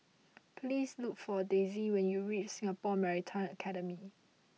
please look for Daisey when you reach Singapore Maritime Academy